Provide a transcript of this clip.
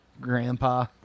grandpa